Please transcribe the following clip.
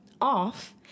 off